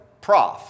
Prof